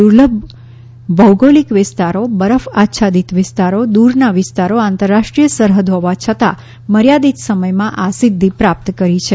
દુર્લભ ભૌગોલિક વિસ્તારો બરફ આચ્છાદિત વિસ્તારો દૂરના વિસ્તારો આંતરરાષ્ટ્રીય સરહદ હોવા છતાં મર્યાદિત સમયમાં આ સિદ્ધિ પ્રાપ્ત કરી છે